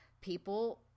people